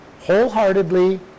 wholeheartedly